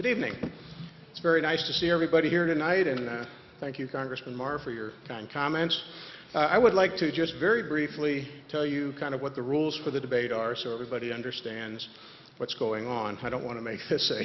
good evening it's very nice to see everybody here tonight and thank you congressman mark for your comments i would like to just very briefly tell you kind of what the rules for the debate are so everybody understands what's going on i don't want to make this